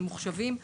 ממוחשבים.